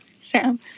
Sam